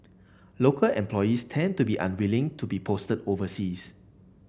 local employees tend to be unwilling to be posted overseas